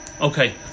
Okay